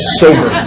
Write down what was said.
sober